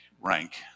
rank